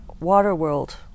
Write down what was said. Waterworld